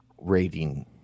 rating